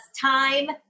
time